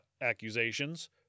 accusations